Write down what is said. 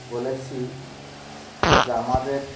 বলেছি যা আমাদের